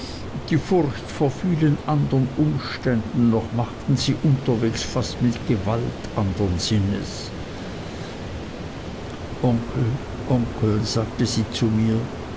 die furcht vor vielen andern umständen noch machten sie unterwegs fast mit gewalt andern sinnes onkel onkel sagte sie zu mir